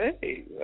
Hey